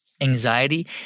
anxiety